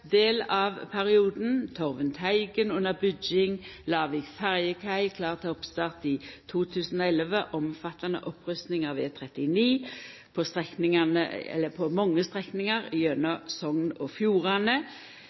del av perioden. Torvund–Teigen er under bygging, Lavik ferjekai er klar til oppstart i 2011. Det er omfattande opprusting av E39 på mange strekningar gjennom Sogn og Fjordane